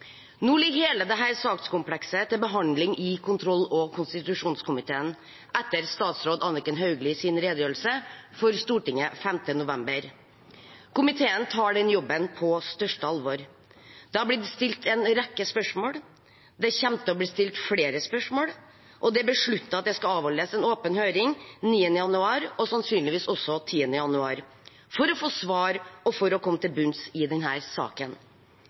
Nå ligger hele dette sakskomplekset til behandling i kontroll- og konstitusjonskomiteen, etter statsråd Anniken Hauglies redegjørelse for Stortinget den 5. november. Komiteen tar den jobben på største alvor. Det er blitt stilt en rekke spørsmål, det kommer til å bli stilt flere spørsmål, og det er besluttet at det skal avholdes en åpen høring 9. januar – sannsynligvis også 10. januar – for å få svar og for å komme til bunns i denne saken.